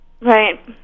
Right